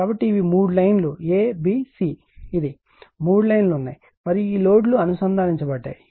కాబట్టి ఇవి మూడు లైన్లు a b c ఇది మూడు లైన్లు ఉన్నాయి మరియు ఈ లోడ్లు అనుసంధానించబడ్డాయి